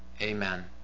Amen